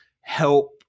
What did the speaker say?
help